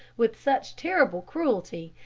with such terrible cruelty,